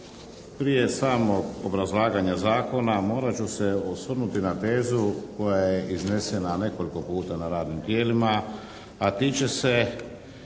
prije samog obrazlaganja Zakona morat ću se osvrnuti na tezu koja je iznesena nekoliko puta na radnim tijelima, a tiče se